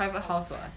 house